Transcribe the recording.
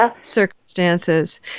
circumstances